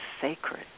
sacred